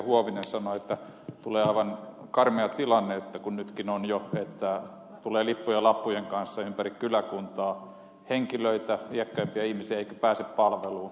huovinen sanoi että tulee aivan karmea tilanne kun nytkin jo lippujen ja lappujen kanssa ympäri kyläkuntaa tulee henkilöitä iäkkäämpiä ihmisiä eivätkä he pääse palveluun